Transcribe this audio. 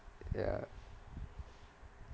ya